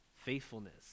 faithfulness